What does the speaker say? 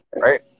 right